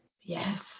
Yes